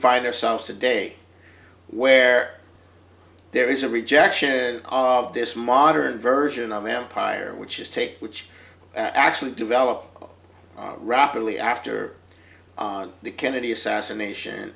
find ourselves today where there is a rejection of this modern version of empire which is take which actually developed rapidly after the kennedy assassination